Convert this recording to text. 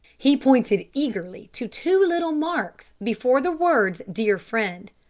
he pointed eagerly to two little marks before the words dear friend.